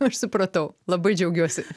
aš supratau labai džiaugiuosi